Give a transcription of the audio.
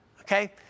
Okay